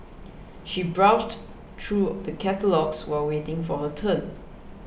she browsed through the catalogues while waiting for her turn